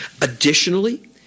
Additionally